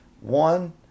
One